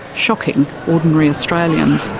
shocking ordinary australians.